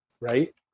right